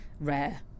rare